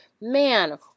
man